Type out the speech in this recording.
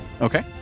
Okay